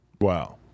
Wow